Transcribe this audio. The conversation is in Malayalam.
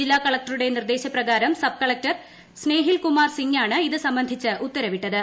ജില്ലാ കളക്ടറുടെ നിർദേശപ്രകാരം സബ് കളക്ടർ സ്നേഹിൽകുമാർ സിങ്ങാണ് ഇതു സംബന്ധിച്ച് ഉത്തരവിട്ടത്